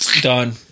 Done